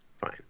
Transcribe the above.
fine